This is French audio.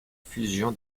fusion